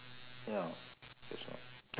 ya there's no